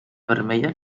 vermella